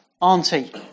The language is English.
auntie